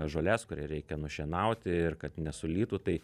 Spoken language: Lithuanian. žolės kurią reikia nušienauti ir kad nesulytų tai